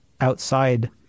outside